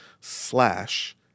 slash